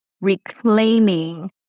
reclaiming